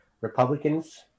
Republicans